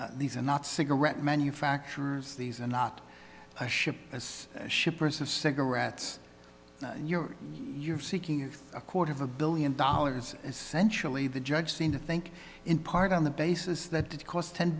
these are not cigarette manufacturers these are not a ship and shipments of cigarettes you're you're seeking a quarter of a billion dollars essentially the judge seem to think in part on the basis that it cost ten